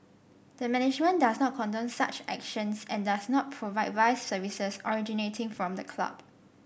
the management does not condone such actions and does not provide vice services originating from the club